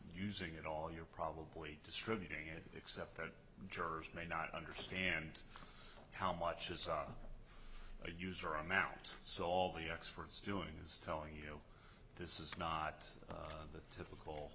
using it all you're probably distributing it except that jurors may not understand how much as a user i'm out so all the experts doing is telling you this is not the typical